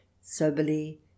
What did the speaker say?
soberly